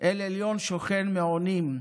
"אל עליון שוכן מֵעוֹנִים,